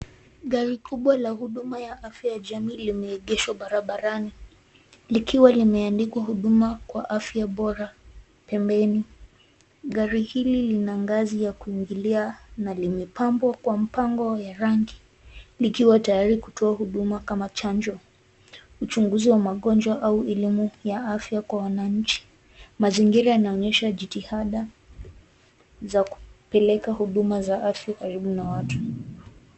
Gari kubwa la huduma la afya ya jamii limeegeshwa barabarani likiwa limeandikwa huduma kwa afya bora pembeni. Gari hili lina ngazi la kuingilia na limepambwa kwa mpango ya rangi likiwa tayari kutoa huduma kama chanjo, uchunguzi wa magonjwa ya elimu ya afya kwa wananchi. Mazingira yanaonesha jitihada za kupeleka huduma za afya karibu na watu